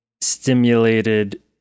stimulated